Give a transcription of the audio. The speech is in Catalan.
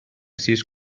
sis